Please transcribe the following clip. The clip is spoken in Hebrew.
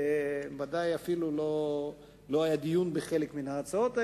וודאי שאפילו לא היה דיון בחלק מההצעות האלה,